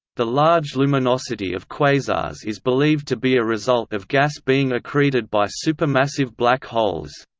the large luminosity of quasars is believed to be a result of gas being accreted by supermassive black holes.